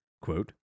quote